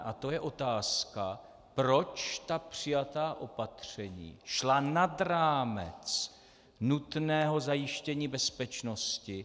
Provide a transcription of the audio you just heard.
A to je otázka, proč ta přijatá opatření šla nad rámec nutného zajištění bezpečnosti.